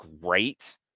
great